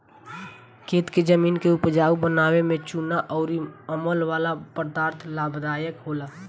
खेत के जमीन के उपजाऊ बनावे में चूना अउर अमल वाला पदार्थ लाभदायक होला